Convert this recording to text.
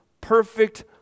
perfect